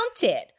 counted